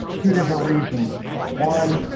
two different reasons one,